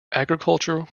agriculture